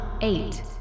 Eight